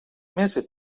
mesa